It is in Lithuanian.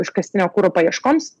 iškastinio kuro paieškoms